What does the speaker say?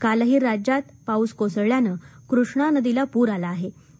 कालही राज्यात पाऊस कोसळल्यानं कृष्णा नदीला पूर आला होता